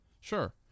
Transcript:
Sure